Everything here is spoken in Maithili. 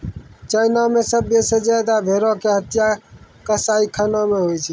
चाइना मे सभ्भे से ज्यादा भेड़ो के हत्या कसाईखाना मे होय छै